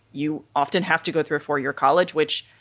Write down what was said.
you often have to go through a four year college, which,